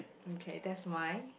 okay that's mine